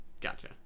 Gotcha